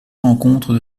rencontres